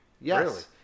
Yes